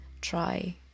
try